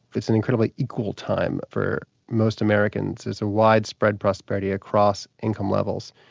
it's an incredibly equal time for most americans, there's a widespread prosperity across income levels.